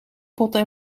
potten